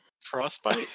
Frostbite